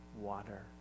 water